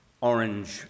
orange